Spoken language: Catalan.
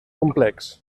complex